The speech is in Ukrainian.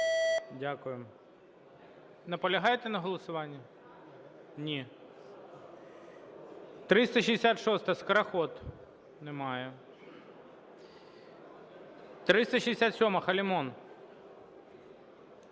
Дякую. Наполягаєте на голосуванні? Ні. 366-а, Скороход. Немає. 367-а, Халімон.